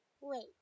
Wait